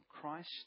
Christ